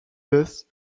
thus